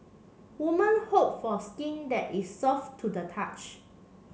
women hope for skin that is soft to the touch